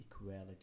equality